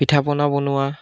পিঠাপনা বনোৱা